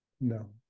No